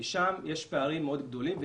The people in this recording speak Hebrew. ושם יש פערים גדולים מאוד,